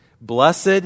Blessed